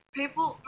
people